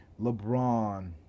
LeBron